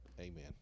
Amen